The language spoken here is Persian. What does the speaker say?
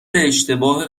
اشتباه